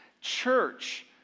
Church